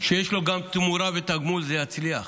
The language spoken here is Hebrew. שיש לו גם תמורה ותגמול, זה יצליח.